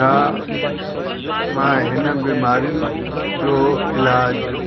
छा मां हिन बीमारियुनि जो इलाज